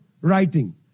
writing